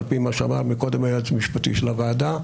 על פי מה שאמר קודם היועץ המשפטי של הוועדה.